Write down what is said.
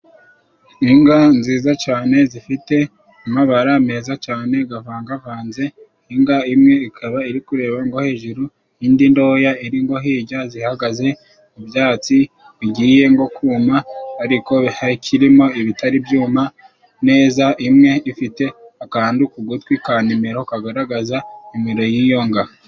Inka nziza cyane zifite amabara meza cyane gavangavanze，inka imwe ikaba iri kureba nko hejuru， indi ntoya iri nko hirya， zihagaze mu byatsi bigiye nko kuma，ariko hakirimo ibitari byuma neza， imwe ifite akantu ku gutwi ka nimero kagaragaza nimero y'iyo nka.